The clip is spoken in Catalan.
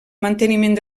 manteniment